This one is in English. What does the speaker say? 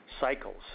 cycles